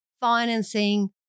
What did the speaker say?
financing